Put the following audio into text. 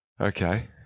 Okay